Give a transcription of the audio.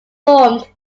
formed